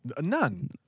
None